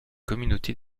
communauté